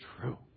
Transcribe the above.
true